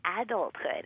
adulthood